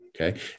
Okay